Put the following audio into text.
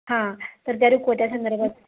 हां तर त्या रुखवतासंदर्भात